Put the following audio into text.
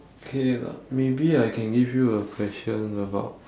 okay lah maybe I can give you a question about